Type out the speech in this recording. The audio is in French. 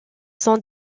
sont